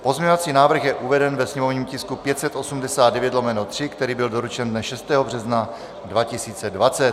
Pozměňovací návrh je uveden ve sněmovním tisku 589/3, který byl doručen dne 6. března 2020.